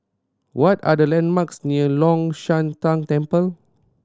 what are the landmarks near Long Shan Tang Temple